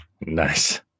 nice